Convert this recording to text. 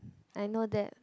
I know that